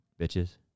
bitches